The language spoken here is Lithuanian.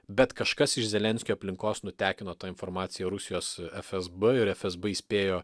bet kažkas iš zelenskio aplinkos nutekino tą informaciją rusijos fsb ir fsb įspėjo